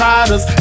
Riders